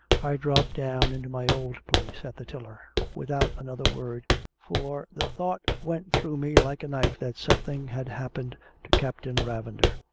i dropped down into my old place at the tiller without another word for the thought went through me like a knife that something had happened to captain ravender.